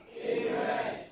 amen